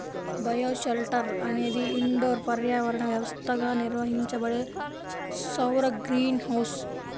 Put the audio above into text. bioshelter అనేది indoor పర్యావరణ వ్యవస్థగా నిర్వహించబడే సౌర గ్రీన్ హౌస్